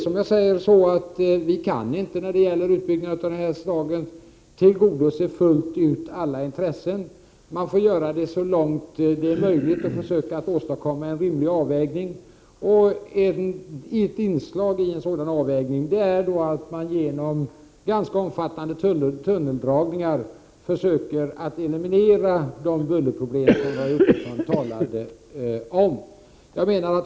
Som jag sade kan vi inte, när det gäller en utbyggnad av detta slag, fullt ut tillgodose alla intressen. Man får göra det så långt möjligt och försöka åstadkomma en rimlig avvägning. Ett inslag i denna avvägning är att man genom ganska omfattande tunneldragningar försöker eliminera de bullerproblem Roy Ottosson talade om.